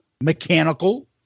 Mechanical